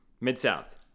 Mid-South